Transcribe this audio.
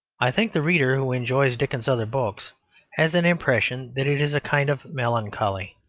i think the reader who enjoys dickens's other books has an impression that it is a kind of melancholy.